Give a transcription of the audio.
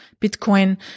Bitcoin